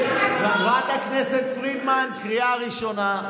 חברת הכנסת פרידמן, קריאה ראשונה.